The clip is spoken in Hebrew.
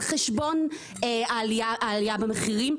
על חשבון העלייה במחירים,